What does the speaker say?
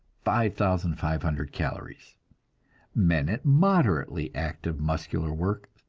five thousand five hundred calories men at moderately active muscular work,